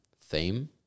theme